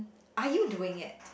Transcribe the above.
are you doing it